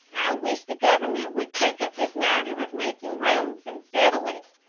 i wish the government would take up this matter of making roads and settle it.